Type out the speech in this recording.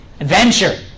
adventure